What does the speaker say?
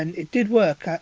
and it did work,